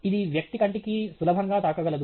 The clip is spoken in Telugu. ఇది వ్యక్తి కంటికి సులభంగా తాకగలదు